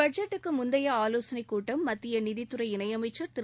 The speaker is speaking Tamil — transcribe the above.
பட்ஜெட்டுக்கு முந்தைய ஆவோசனைக் கூட்டம் மத்திய நிதிதுறை இணையமைச்சர் திரு